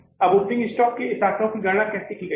अब opening stock के इस आंकड़े की गणना कैसे की गई है